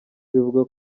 bivugwa